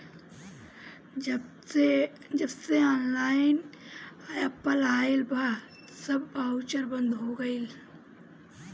जबसे online app आईल बा इ सब बाउचर बंद हो गईल